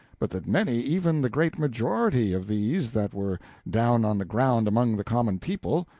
but that many, even the great majority, of these that were down on the ground among the common people,